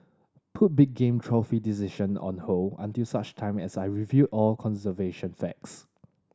put big game trophy decision on hold until such time as I review all conservation facts